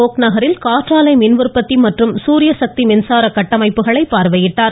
போக் நகரில் காந்நாலை மின்உற்பத்தி மற்றும் குரியசக்தி மின்சார கட்டமைப்புகளை பார்வையிட்டார்